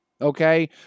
okay